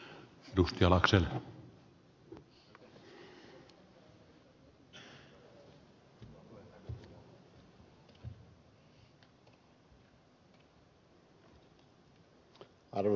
arvoisa puhemies